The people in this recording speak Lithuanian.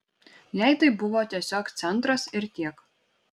jai tai buvo tiesiog centras ir tiek